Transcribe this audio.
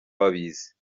babizi